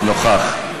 נוכח.